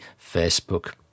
Facebook